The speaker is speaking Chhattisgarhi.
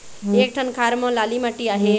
एक ठन खार म लाली माटी आहे?